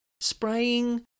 spraying